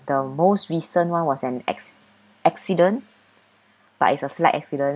the most recent one was an acc~ accident but it's a slight accident